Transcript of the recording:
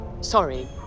sorry